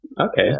Okay